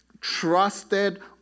trusted